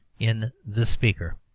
in the speaker.